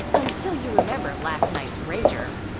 until you remember last night's rager.